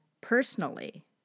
personally